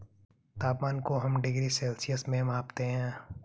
तापमान को हम डिग्री सेल्सियस में मापते है